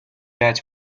яаж